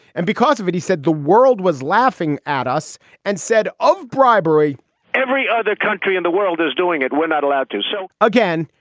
and because of it, he said the world was laughing at us and said of bribery every other country in the world is doing it. we're not allowed to so again,